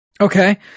Okay